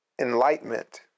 enlightenment